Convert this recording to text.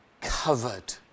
covered